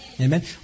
Amen